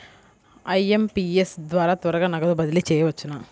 IMPS ద్వారా త్వరగా నగదు బదిలీ చేయవచ్చునా?